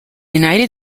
united